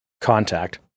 contact